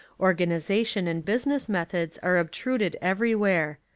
organi sation and business methods are obtruded every where.